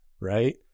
right